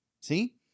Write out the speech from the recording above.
See